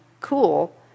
cool